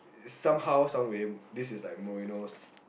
somehow someway this is like Mourinho's